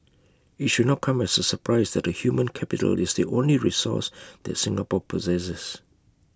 IT should not come as A surprise that the human capital is the only resource that Singapore possesses